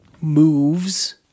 moves